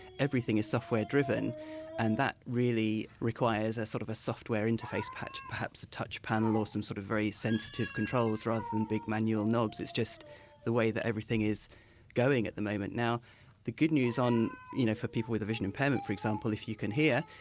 everything is software driven and that really requires a sort of a software interface, perhaps a touch panel or some sort of very sensitive controls, rather than big manual knobs, it's just the way that everything is going at the moment. now the good news on you know for people with a visual-impairment for example, if you can hear,